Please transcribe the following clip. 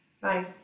Bye